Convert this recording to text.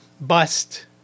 bust